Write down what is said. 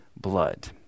blood